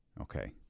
Okay